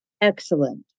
Excellent